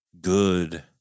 good